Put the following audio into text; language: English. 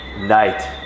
night